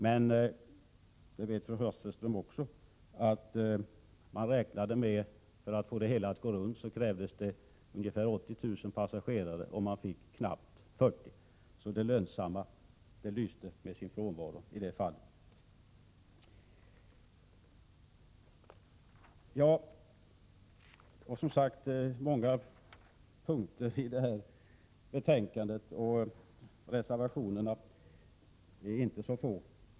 Men fru Hasselström Nyvall vet också att man hade räknat med 80 000 passagerare för att få det hela att gå runt, medan man fick knappt 40 000. Det lönsamma lyste med sin frånvaro.